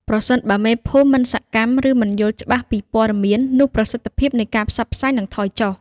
ប្រសិនបើមេភូមិមិនសកម្ម ឬមិនយល់ច្បាស់ពីព័ត៌មាន នោះប្រសិទ្ធភាពនៃការផ្សព្វផ្សាយនឹងថយចុះ។